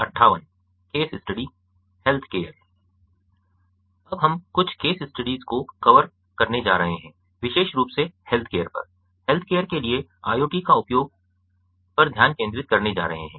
अब हम कुछ केस स्टडीज़ को कवर करने जा रहे हैं विशेष रूप से हेल्थकेयर पर हेल्थकेयर के लिए IoT का उपयोग पर ध्यान केंद्रित करने जा रहे हैं